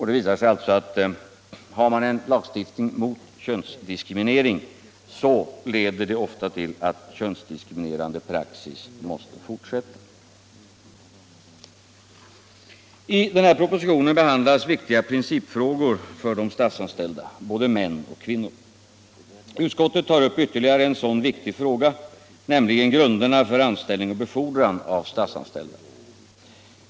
Det visar sig alltså att om man har en lagstiftning mot könsdiskriminering, så leder det ofta till att en könsdiskriminerande praxis måste fortsätta. I denna proposition behandlas viktiga principfrågor för de statsanställda, både män och kvinnor. Utskottet tar upp vtterligare en viktig fråga, nämligen grunderna för anställning och befordran av statsanställda.